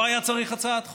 לא היה צריך הצעת חוק.